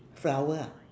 flower ah